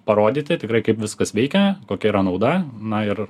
parodyti tikrai kaip viskas veikia kokia yra nauda na ir